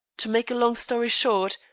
to make a long story short,